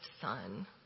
son